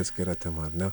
atskira tema ar ne